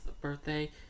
birthday